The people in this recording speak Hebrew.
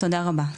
תודה רבה.